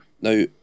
Now